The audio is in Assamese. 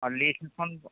অঁ লিষ্ট এখন